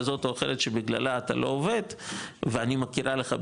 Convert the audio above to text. כזאת או אחרת שבגללה אתה לא עובד ואני מכירה לך בסיבה,